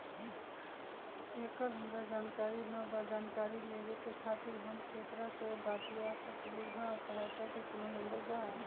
एकर हमरा जानकारी न बा जानकारी लेवे के खातिर हम केकरा से बातिया सकली ह सहायता के कोनो नंबर बा?